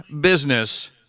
Business